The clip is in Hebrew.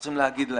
צריך לומר להם.